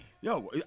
Yo